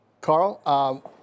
Carl